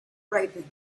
ripened